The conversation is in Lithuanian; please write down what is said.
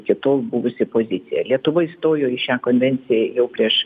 iki tol buvusi pozicija lietuva įstojo į šią konvenciją jau prieš